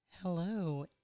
Hello